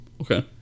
Okay